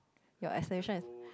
your acceleration is